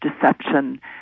deception